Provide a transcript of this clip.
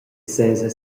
sesa